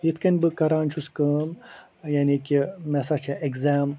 یِتھ کٔنۍ بہٕ کَران چھُس کٲم یعنی کہِ مےٚ سا چھِ اٮ۪گزام